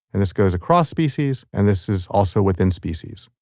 and this goes across species and this is also within species.